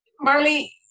Marley